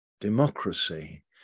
democracy